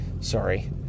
sorry